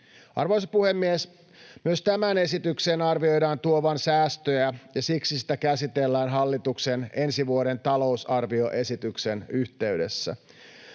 Arvoisa puhemies! Myös tämän esityksen arvioidaan tuovan säästöjä, ja siksi sitä käsitellään hallituksen ensi vuoden talousarvioesityksen yhteydessä.